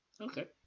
Okay